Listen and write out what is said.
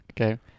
Okay